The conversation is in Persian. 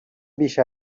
بیش